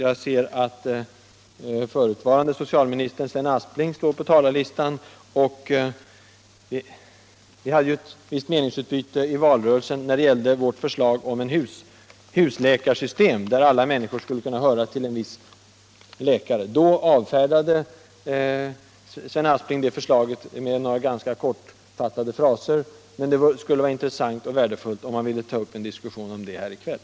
Jag ser att förutvarande socialministern Sven Aspling står på talarlistan. Vi hade ett meningsutbyte i valrörelsen beträffande vårt förslag om ett husläkarsystem, där alla människor skulle höra till en viss läkare. Då avfärdade Sven Aspling det förslaget med några ganska kortfattade fraser. Det vore intressant och värdefullt om han här i kväll ville ta upp en diskussion om denna fråga.